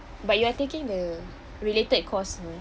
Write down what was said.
but you are taking the related course one